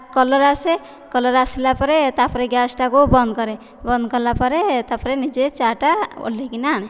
colour ଆସେ colour ଆସିଲାପରେ ତାପରେ ଗ୍ଯାସଟାକୁ ବନ୍ଦ କରେ ବନ୍ଦ କଲାପରେ ତା'ପରେ ନିଜେ ଚା'ଟା ଓହ୍ଲେଇକିନା ଆଣେ